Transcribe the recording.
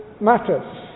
matters